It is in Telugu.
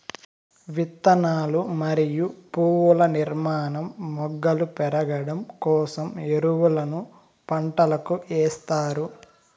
విత్తనాలు మరియు పువ్వుల నిర్మాణం, మొగ్గలు పెరగడం కోసం ఎరువులను పంటలకు ఎస్తారు